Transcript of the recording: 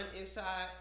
inside